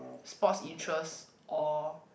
sports interest or